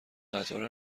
قطار